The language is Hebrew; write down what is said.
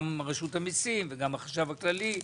גם רשות המיסים וגם החשב הכללי,